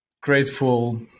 grateful